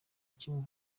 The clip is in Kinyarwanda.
kimwe